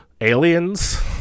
aliens